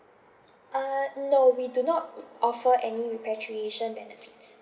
uh no we do not offer any repatriation benefits